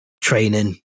training